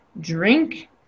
drink